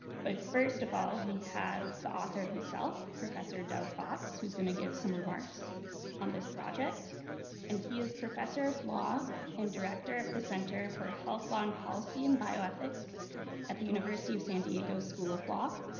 but first of all we have the author himself professor dov fox who's going to give some remarks on this project and he is professor of law and director of the center for health law and policy and bioethics at the university of san diego school of law.